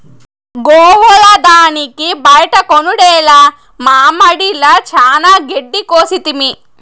గోవుల దానికి బైట కొనుడేల మామడిల చానా గెడ్డి కోసితిమి